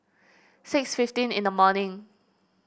six fifteen in the morning